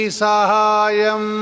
sahayam